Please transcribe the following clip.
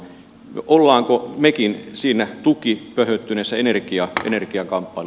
olemmeko mekin siinä tukipöhöttyneessä energiakamppailussa